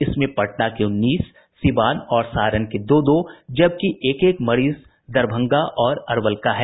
इसमें पटना के उन्नीस सीवान और सारण के दो दो जबकि एक एक मरीज दरभंगा और अरवल का है